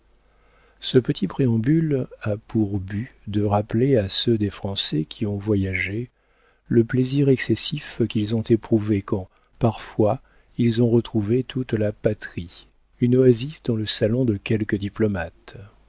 ce petit préambule a pour but de rappeler à ceux des français qui ont voyagé le plaisir excessif qu'ils ont éprouvé quand parfois ils ont retrouvé toute la patrie une oasis dans le salon de quelque diplomate